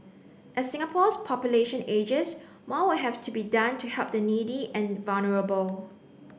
as Singapore's population ages more will have to be done to help the needy and vulnerable